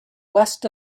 west